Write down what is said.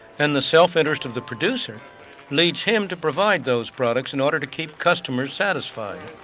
and the self-interest of the producer leaves him to provide those products in order to keep customers satisfied.